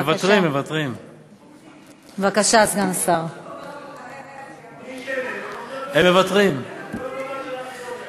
כן, הוא נהנה עם חברת הכנסת אורלי לוי.